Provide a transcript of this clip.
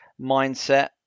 mindset